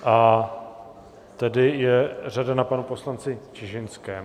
A tedy je řada na panu poslanci Čižinském.